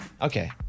Okay